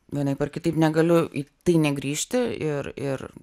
vienaip ar kitaip negaliu į tai negrįžti ir ir